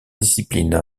discipline